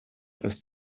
ist